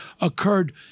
occurred